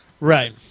Right